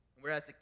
whereas